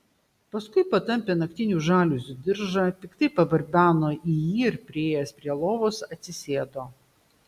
paskui patampė naktinių žaliuzių diržą piktai pabarbeno į jį ir priėjęs prie lovos atsisėdo